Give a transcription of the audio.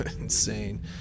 insane